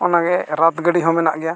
ᱚᱱᱟᱜᱮ ᱨᱟᱛᱷᱜᱟᱹᱰᱤ ᱦᱚᱸ ᱢᱮᱱᱟᱜ ᱜᱮᱭᱟ